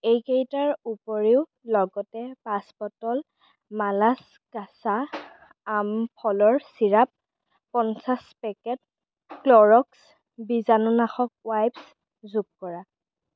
এইকেইটাৰ উপৰিও লগতে পাঁচ বটল মালাছ কাছা আম ফলৰ ছিৰাপ পঞ্চাছ পেকেট ক্ল'ৰক্স বীজাণুনাশক ৱাইপছ যোগ কৰা